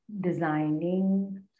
designing